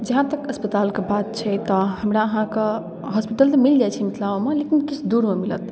जहाँ तक अस्पतालके बात छै तऽ हमरा अहाँके हॉस्पिटल तऽ मिलि जाइ छै मिथिलामे लेकिन किछु दूरमे मिलत